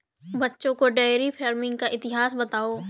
बच्चों को dairy farming का इतिहास बताओ